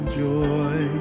joy